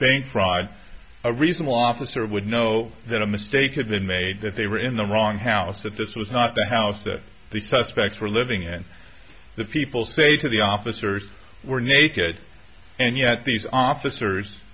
vein fraud a reason why officer would know that a mistake had been made that they were in the wrong house that this was not the house that the suspects were living and the people say to the officers were naked and yet these officers